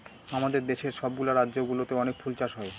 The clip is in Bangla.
আমাদের দেশের সব গুলা রাজ্য গুলোতে অনেক ফুল চাষ হয়